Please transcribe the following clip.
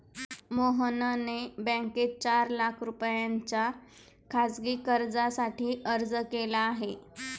मोहनने बँकेत चार लाख रुपयांच्या खासगी कर्जासाठी अर्ज केला आहे